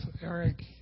Eric